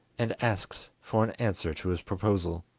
and asks for an answer to his proposal